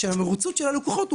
המרוצות שלנו כלקוחות,